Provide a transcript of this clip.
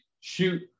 shoot –